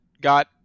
got